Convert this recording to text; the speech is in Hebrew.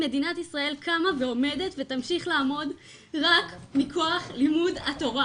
מדינת ישראל קמה ועומדת ותמשיך לעמוד רק מכוח לימוד התורה.